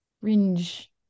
fringe